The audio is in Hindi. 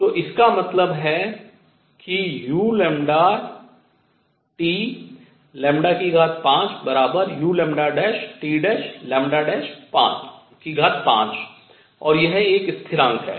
तो इसका मतलब है कि u5uλT' 5 और यह एक स्थिरांक है